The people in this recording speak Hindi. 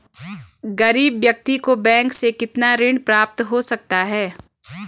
गरीब व्यक्ति को बैंक से कितना ऋण प्राप्त हो सकता है?